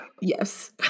yes